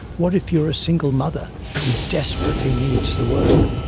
what if you are a single mother who desperately needs the work,